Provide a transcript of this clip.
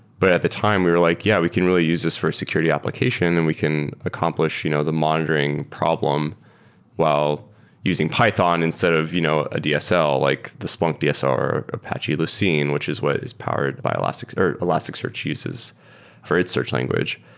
but at the time we were like, yeah, we can really use this for a security application and we can accomplish you know the monitoring problem while using python instead of you know a dsl, like the splunk dsl or apache lucene, lucene, which is what is powered by or elasticsearch uses for its search language.